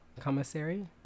Commissary